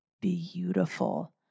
beautiful